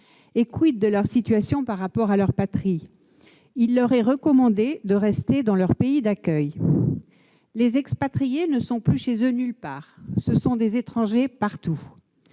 de leur situation par rapport à leur patrie ? Il leur est recommandé de rester dans leur pays d'accueil. Ainsi, les expatriés ne sont plus chez eux nulle part ; ce sont des étrangers partout.